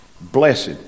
blessed